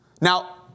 Now